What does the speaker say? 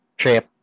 trip